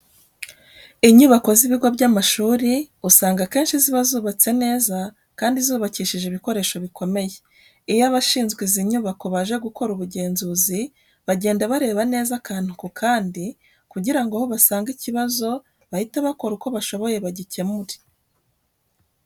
Inyubako z'ibigo by'amashuri usanga akenshi ziba zubatse neza kandi zubakishije ibikoresho bikomeye. Iyo abashinzwe izi nyubako baje gukora ubugenzuzi, bagenda bareba neza akantu ku kandi kugira ngo aho basanga ikibazo bahite bakora uko bashoboye bagikemure.